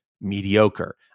mediocre